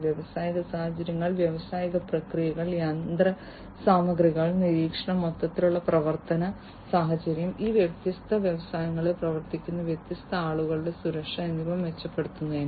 വ്യാവസായിക സാഹചര്യങ്ങൾ വ്യാവസായിക പ്രക്രിയകൾ യന്ത്രസാമഗ്രികൾ നിരീക്ഷണം മൊത്തത്തിലുള്ള പ്രവർത്തന സാഹചര്യം ഈ വ്യത്യസ്ത വ്യവസായങ്ങളിൽ പ്രവർത്തിക്കുന്ന വ്യത്യസ്ത ആളുകളുടെ സുരക്ഷ എന്നിവ മെച്ചപ്പെടുത്തുന്നതിന്